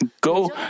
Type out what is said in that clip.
go